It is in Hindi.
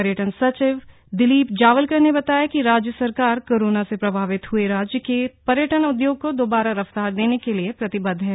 पर्यटन सचिव दिलीप जावलकर ने बताया कि राज्य सरकार कोरोना से प्रभावित हए राज्य के पर्यटन उदयोग को दोबारा रफ्तार देने के लिए प्रतिबद्ध है